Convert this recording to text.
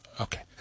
Okay